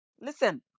listen